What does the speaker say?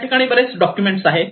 त्या ठिकाणी बरेच डॉक्युमेंट आहेत